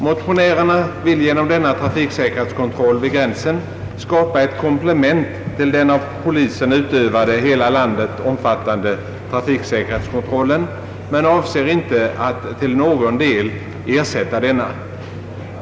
Motionärerna vill genom denna trafiksäkerhetskontroll vid gränsen skapa ett komplement till den av polisen utövade, hela landet omfattande trafiksäkerhetskontrollen, men avser inte att till någon del ersätta denna.